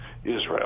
Israel